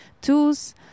tools